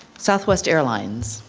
southwest airlines.